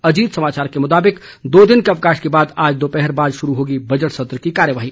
अजीत समाचार के मुताबिक दो दिन के अवकाश के बाद आज दोपहर बाद शुरू होगी बजट सत्र की कार्यवाही